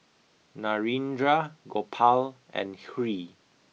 Narendra Gopal and Hri